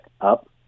up